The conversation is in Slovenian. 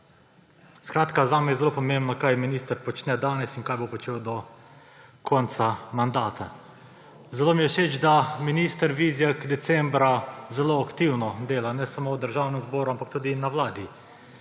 Skratka, zame je zelo pomembno, kaj minister počne danes in kaj bo počel do konca mandata. Zelo mi je všeč, da minister Vizjak decembra zelo aktivno dela ne samo v Državnem zboru, ampak tudi na Vladi.